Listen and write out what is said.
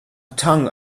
tongue